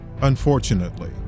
unfortunately